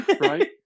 Right